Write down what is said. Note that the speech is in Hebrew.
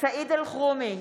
סעיד אלחרומי,